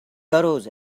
arose